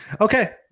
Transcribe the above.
Okay